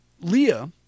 Leah